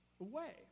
away